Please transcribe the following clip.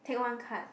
take one card